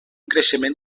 creixement